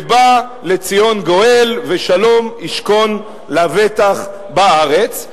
ובא לציון גואל ושלום ישכון לבטח בארץ,